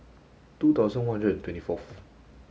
two thousand one hundred and twenty fourth